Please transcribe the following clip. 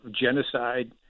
genocide